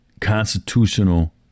constitutional